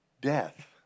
death